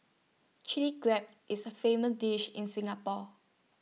Chilli Crab is A famous dish in Singapore